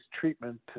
treatment